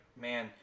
man